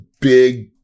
big